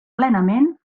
plenament